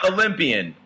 Olympian